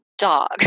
dog